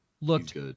looked